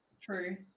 True